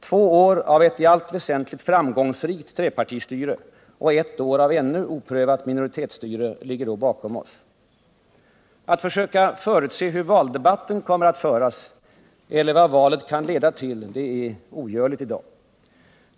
Två år av ett i allt väsentligt framgångsrikt trepartistyre och ett år av ännu oprövat minoritetsstyre ligger då bakom oss. Att försöka förutse hur valdebatten kommer att föras eller vad valet kan leda till är ogörligt i dag.